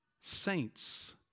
Saints